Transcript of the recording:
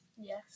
Yes